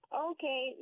Okay